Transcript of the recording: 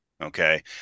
Okay